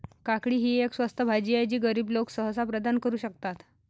काकडी ही एक स्वस्त भाजी आहे जी गरीब लोक सहज प्रदान करू शकतात